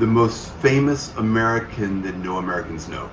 the most famous american that no americans know.